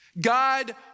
God